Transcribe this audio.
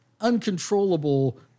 uncontrollable